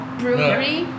brewery